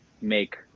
make